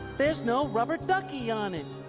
there's no rubber ducky on it.